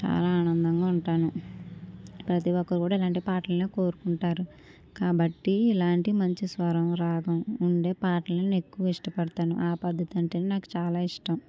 చాలా ఆనందంగా ఉంటాను ప్రతి ఒక్కరు కూడా ఇలాంటి పాటలనే కోరుకుంటారు కాబట్టి ఇలాంటి మంచి స్వరం రాగం ఉండే పాటలను నేను ఎక్కువ ఇష్టపడతాను ఆ పద్ధతి అంటేనే నాకు చాలా ఇష్టం